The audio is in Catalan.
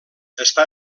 està